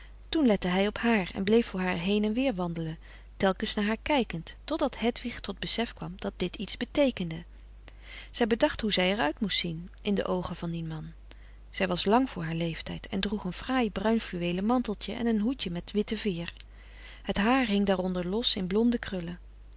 toen lette hij op haar en bleef voor haar heen en weer wandelen telkens naar haar kijkend totdat hedwig tot besef kwam dat dit iets beteekende zij bedacht hoe zij er uit moest zien in de oogen van dien man zij was lang voor haar leeftijd en droeg een fraai bruin fluweelen manteltje en een hoedje met witte veer het haar hing daaronder los in blonde krullen